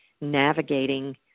navigating